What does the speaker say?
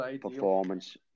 performance